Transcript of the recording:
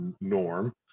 Norm